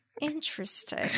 Interesting